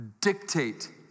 Dictate